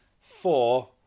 Four